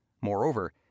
Moreover